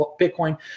Bitcoin